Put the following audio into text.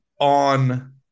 on